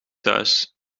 thuis